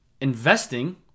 investing